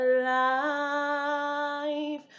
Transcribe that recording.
alive